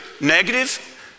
negative